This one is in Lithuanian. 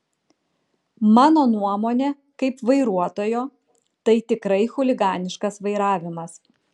mano nuomonė kaip vairuotojo tai tikrai chuliganiškas vairavimas